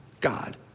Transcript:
God